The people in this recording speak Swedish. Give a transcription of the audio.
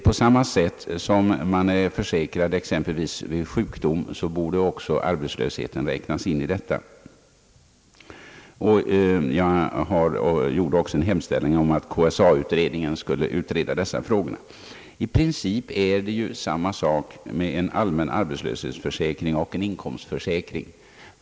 På samma sätt som man är försäkrad exempelvis vid sjukdom borde man också vara försäkrad mot arbetslöshet. Jag hemställde också att KSA utredningen skulle utreda dessa frågor. I princip är ju en allmän arbetslöshetsförsäkring och en inkomstförsäkring samma sak.